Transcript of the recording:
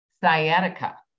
sciatica